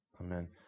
Amen